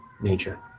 nature